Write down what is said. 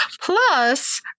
Plus